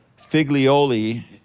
Figlioli